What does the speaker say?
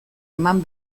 eman